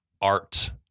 art